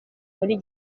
muri